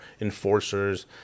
enforcers